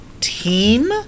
team